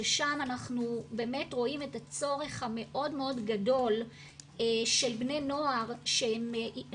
שם אנחנו באמת רואים את הצורך המאוד מאוד גדול של בני נוער שמעבר